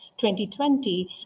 2020